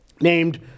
named